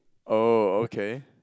oh okay